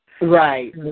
Right